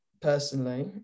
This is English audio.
personally